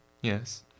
yes